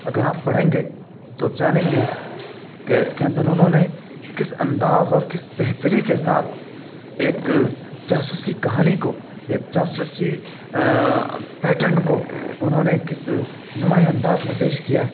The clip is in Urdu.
اگر آپ پڑھیں گے تو آپ جانیں گے کہ اس کے اندر انہوں نے کس انداز اور کس بہتری کے ساتھ ایک جاسوسی کہانی کو ایک جاسوسی پیٹرن کو انہوں نے کس نمایاں انداز میں پیش کیا ہے